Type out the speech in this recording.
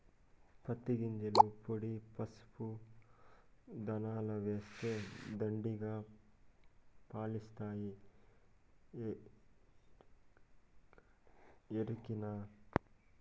పత్తి గింజల పొడి పసుపు దాణాల ఏస్తే దండిగా పాలిస్తాయి ఎరికనా